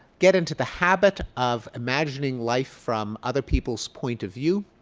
get into the habit of imagining life from other people's point of view.